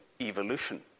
evolution